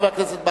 חבר הכנסת ברכה,